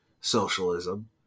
socialism